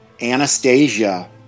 Anastasia